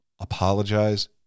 apologize